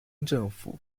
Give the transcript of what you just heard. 政府